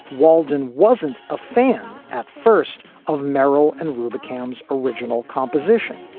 walden wasn't a fan at first of merrill and rubick, cam's original composition.